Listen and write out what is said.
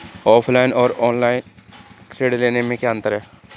Offline और online ऋण लेने में क्या अंतर है?